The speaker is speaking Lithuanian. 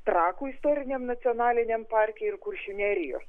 trakų istoriniam nacionaliniam parke ir kuršių nerijos